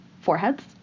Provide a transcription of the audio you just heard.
foreheads